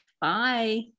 Bye